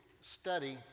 study